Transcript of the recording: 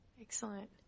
Excellent